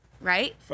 right